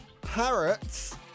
parrots